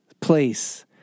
place